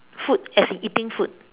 food as in eating food